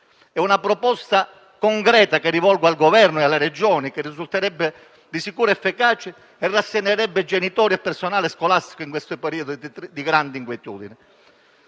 È una proposta concreta che rivolgo al Governo e alle Regioni che risulterebbe di sicuro efficace e rasserenerebbe genitori e personale scolastico in questo periodo di grande inquietudine.